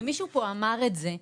ומישהו פה אמר את זה,